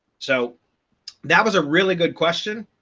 so that was a really good question.